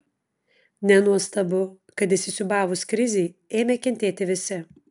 nenuostabu kad įsisiūbavus krizei ėmė kentėti visi